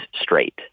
straight